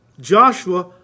Joshua